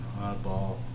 Oddball